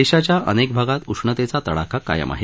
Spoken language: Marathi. देशाच्या अनेक भागात उष्णतेचा तडाखा कायम आहे